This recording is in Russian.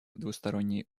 двусторонние